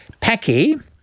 Paki